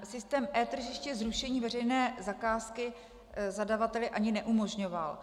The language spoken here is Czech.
Systém etržiště zrušení veřejné zakázky zadavateli ani neumožňoval.